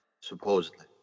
supposedly